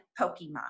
Pokemon